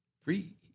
free